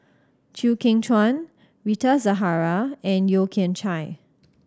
Chew Kheng Chuan Rita Zahara and Yeo Kian Chai